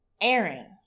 Aaron